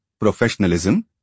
professionalism